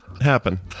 happen